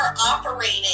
operating